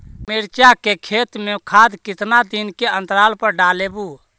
मिरचा के खेत मे खाद कितना दीन के अनतराल पर डालेबु?